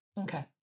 okay